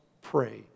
pray